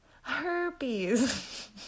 herpes